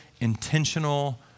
intentional